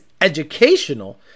educational